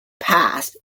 past